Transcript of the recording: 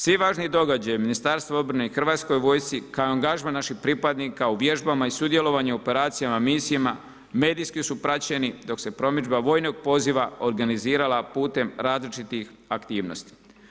Svi važni događaji Ministarstvu obrane i Hrvatskoj vojsci, kao i angažman naših pripadnika u vježbama i sudjelovanju u operacijama, misijama, medijski su praćeni dok se promidžba vojnog poziva organizirala putem različitih aktivnosti.